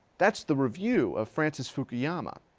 that's the review of francis fukuyama.